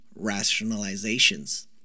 rationalizations